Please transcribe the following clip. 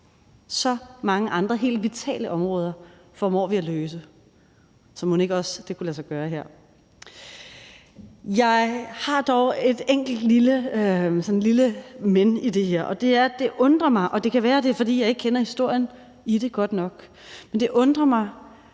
så mange andre helt vitale områder formår vi at løse det, så mon ikke, det også kunne lade sig gøre her. Jeg har dog et enkelt lille men i det her, og det er, at det undrer mig – og det kan være, det er, fordi jeg ikke kender historien i det godt nok – at det her har